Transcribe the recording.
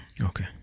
Okay